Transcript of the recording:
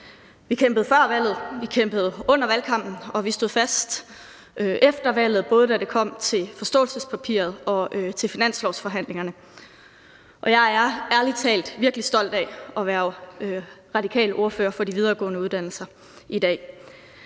Vi kæmpede før valget, vi kæmpede under valgkampen, og vi stod fast efter valget, både da det kom til forståelsespapiret og til finanslovsforhandlingerne. Og jeg er ærlig talt virkelig stolt af at være radikal ordfører for de videregående uddannelser i dag.